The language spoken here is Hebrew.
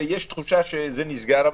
ויש תחושה שזה נסגר,